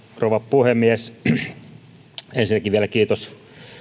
rouva puhemies ensinnäkin vielä kiitos